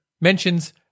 mentions